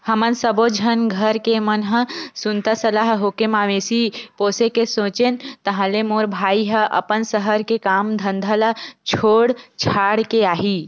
हमन सब्बो झन घर के मन ह सुनता सलाह होके मवेशी पोसे के सोचेन ताहले मोर भाई ह अपन सहर के काम धंधा ल छोड़ छाड़ के आही